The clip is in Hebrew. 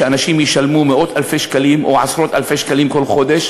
שאנשים ישלמו מאות-אלפי שקלים או עשרות-אלפי שקלים כל חודש,